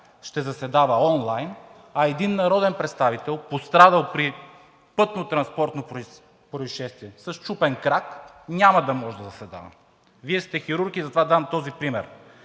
ще заседава онлайн, а един народен представител, пострадал при пътно-транспортно произшествие със счупен крак, няма да може да заседава? Вие сте хирург и затова давам този пример.